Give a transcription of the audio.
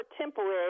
temporary